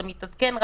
זה מתעדכן,